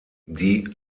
die